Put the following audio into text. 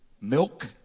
milk